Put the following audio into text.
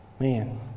Man